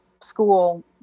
school